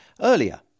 earlier